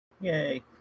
Yay